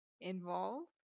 involved